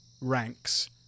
ranks